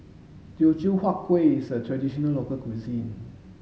Teochew Huat Kueh is a traditional local cuisine